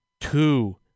two